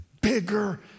bigger